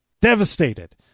Devastated